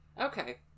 Okay